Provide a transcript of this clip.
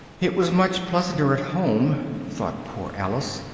it was much pleasanter at home, thought poor alice,